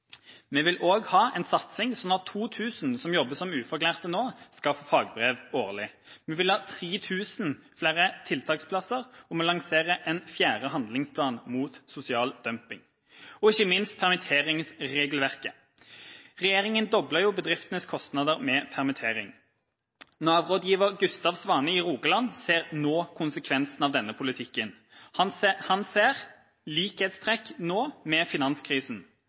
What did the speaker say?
Vi vil også ha en satsing, slik at to tusen som jobber som fagarbeidere nå, skal få fagbrev årlig. Vi vil ha 3 000 flere tiltaksplasser, og vi lanserer en fjerde handlingsplan mot sosial dumping. Og ikke minst permitteringsregelverket: Regjeringa doblet jo bedriftenes kostnader med permittering. Nav-rådgiver Gustav Svane i Rogaland ser nå konsekvensen av denne politikken. Han ser nå likhetstrekk med finanskrisen.